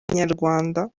inyarwanda